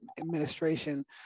administration